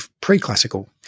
pre-classical